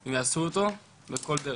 הם יעשו אותו בכל דרך.